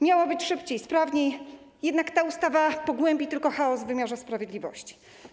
Miało być szybciej, sprawniej, jednak ta ustawa pogłębi tylko chaos w wymiarze sprawiedliwości.